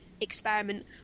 experiment